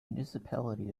municipality